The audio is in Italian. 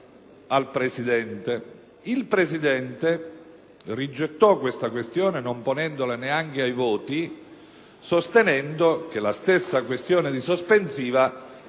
del Regolamento, rigettò questa questione non ponendola neanche ai voti, sostenendo che la stessa questione sospensiva non era